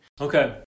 Okay